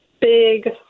big